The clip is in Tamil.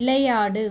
விளையாடு